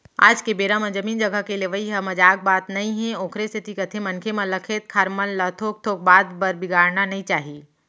आज के बेरा म जमीन जघा के लेवई ह मजाक बात नई हे ओखरे सेती कथें मनखे मन ल खेत खार मन ल थोक थोक बात बर बिगाड़ना नइ चाही